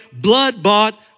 blood-bought